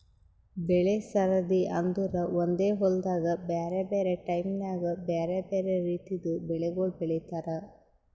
ಬೆಳೆ ಸರದಿ ಅಂದುರ್ ಒಂದೆ ಹೊಲ್ದಾಗ್ ಬ್ಯಾರೆ ಬ್ಯಾರೆ ಟೈಮ್ ನ್ಯಾಗ್ ಬ್ಯಾರೆ ಬ್ಯಾರೆ ರಿತಿದು ಬೆಳಿಗೊಳ್ ಬೆಳೀತಾರ್